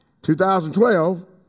2012